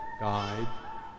guide